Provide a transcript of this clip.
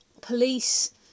police